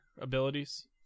abilities